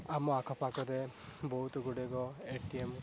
ଆମ ଆଖପାଖରେ ବହୁତ ଗୁଡ଼ିକ ଏ ଟି ଏମ